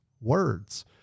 words